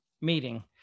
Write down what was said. meeting